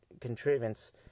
contrivance